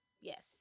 Yes